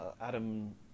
Adam